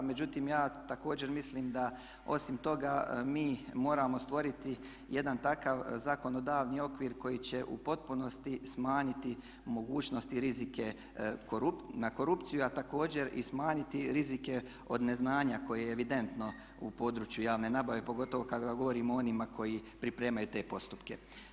Međutim ja također mislim da osim toga mi moramo stvoriti jedan takav zakonodavni okvir koji će u potpunosti smanjiti moguće rizika na korupciju, a također i smanjiti rizike od neznanja koje je evidentno u području javne nabave pogotovo kada govorimo o onima koji pripremaju te postupke.